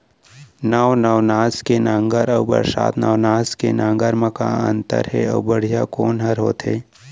नौ नवनास के नांगर अऊ बरसात नवनास के नांगर मा का अन्तर हे अऊ बढ़िया कोन हर होथे?